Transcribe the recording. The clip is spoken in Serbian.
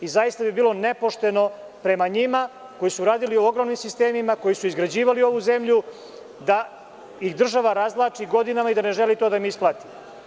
Zaista bi bilo nepošteno prema njima koji su radili u ogromnim sistemima, koji su izgrađivali ovu zemlju, da ih država razvlači godinama i da ne želi to da im isplati.